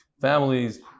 families